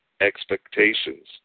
expectations